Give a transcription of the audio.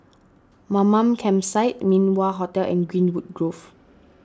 Mamam Campsite Min Wah Hotel and Greenwood Grove